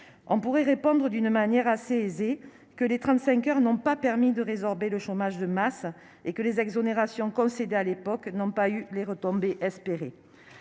On pourrait répondre assez aisément que les 35 heures n'ont pas permis de résorber le chômage de masse et que les exonérations concédées à l'époque n'ont pas eu les retombées espérées.